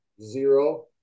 Zero